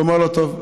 הוא אומר לו: טוב,